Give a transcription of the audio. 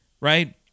right